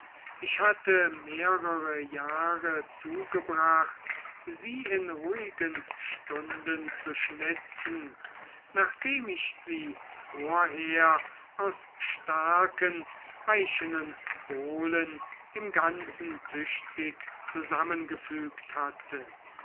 ich habe mehrere jahre zugebracht sie in ruhigen stunden zu schnitzen nachdem ich sie vorher aus starken eichenen bohlen im ganzen tüchtig zusammengefügt hatte